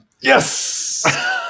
Yes